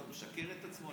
הוא משקר את עצמו?